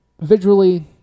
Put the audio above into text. visually